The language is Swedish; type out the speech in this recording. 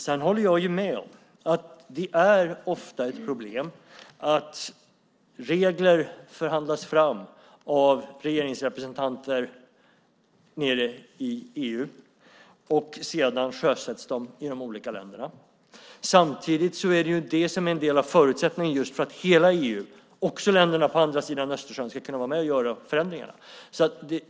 Jag håller med om att det ofta är ett problem att regler förhandlas fram av regeringsrepresentanter nere i EU, och sedan sjösätts de i de olika länderna. Samtidigt är det det som är en del av förutsättningen för att hela EU, också länderna på andra sidan Östersjön, ska kunna vara med och göra förändringarna.